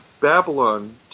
Babylon